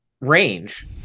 range